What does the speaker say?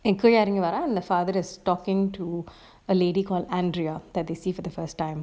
இக்கு எறங்கி வாரான்:ikku erangi varan and the father is talking to a lady call andrea that they see for the first time